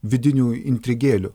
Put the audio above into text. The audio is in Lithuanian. vidinių intrigėlių